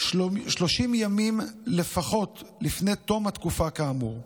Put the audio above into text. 30 ימים לפחות לפני תום התקופה כאמור.